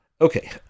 Okay